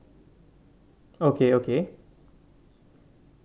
okay okay